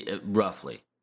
Roughly